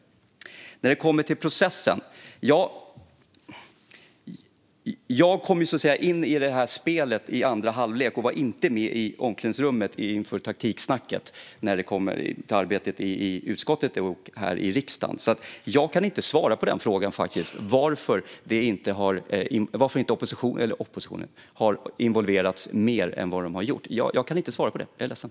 När det gäller processen kom jag in i detta spel, så att säga, i andra halvlek och var inte med i omklädningsrummet inför taktiksnacket när det kommer till arbetet i utskottet här i riksdagen. Jag kan därför inte svara på frågan varför oppositionen inte har involverats mer än vad den har gjort. Jag är ledsen att jag inte kan svara på det.